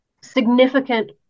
significant